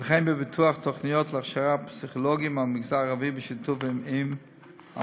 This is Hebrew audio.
וכן בפיתוח תוכניות להכשרת פסיכולוגים מהמגזר הערבי בשיתוף המל"ג.